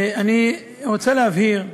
אני רוצה להבהיר: